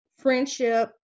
friendship